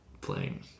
playing